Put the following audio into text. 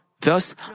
thus